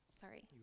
Sorry